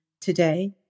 today